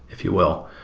if you will.